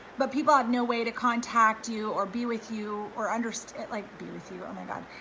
but people have no way to contact you or be with you or understand, like, be with you, oh my god,